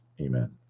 Amen